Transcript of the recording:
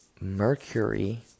Mercury